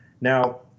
Now